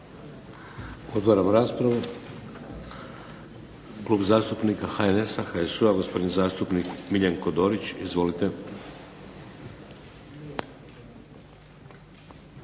Otvaram raspravu. Klub zastupnika HNS-a, HSU-a gospodin zastupnik Miljenko Dorić. Izvolite.